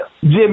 Jimmy